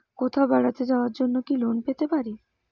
কোথাও বেড়াতে যাওয়ার জন্য কি লোন পেতে পারি?